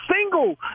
single